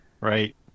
Right